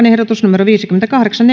ehdotus kuusikymmentäkahdeksan